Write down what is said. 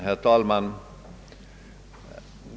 Herr talman!